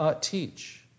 teach